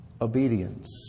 obedience